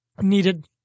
needed